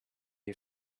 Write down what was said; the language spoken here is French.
est